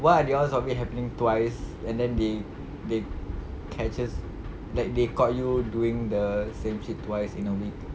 what are the odds of it happening twice and then they they catches like they caught you doing the same shit twice in a week